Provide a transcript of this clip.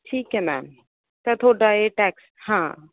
ਠੀਕ ਹੈ ਮੈਮ ਤਾਂ ਤੁਹਾਡਾ ਇਹ ਟੈਕਸ ਹਾਂ